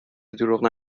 دروغ